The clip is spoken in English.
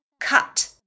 cut